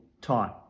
time